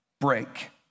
break